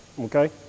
Okay